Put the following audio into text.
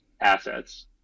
assets